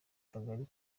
kagari